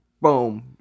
boom